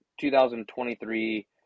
2023